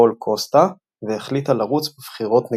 פול קוסטה והחליטה לרוץ בבחירות נגדו.